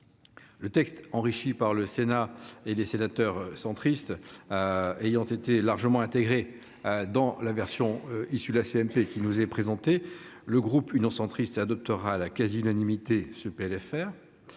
Le texte enrichi par le Sénat et les sénateurs centristes ayant été largement intégré dans la version issue de la CMP qui nous est présentée, le groupe Union Centriste adoptera ce PLFR à la quasi-unanimité.